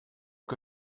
que